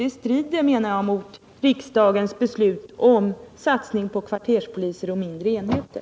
Det strider, menar jag, mot rikdagens beslut om satsning på kvarterspoliser och mindre enheter.